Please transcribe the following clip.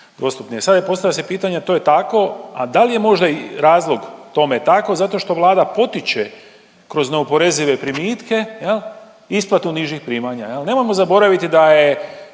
Sad je postavlja se pitanje to je tako, al da li je možda i razlog tome tako zato što Vlada potiče kroz neoporezive primitke isplatu nižih primanja. Nemojmo zaboraviti da je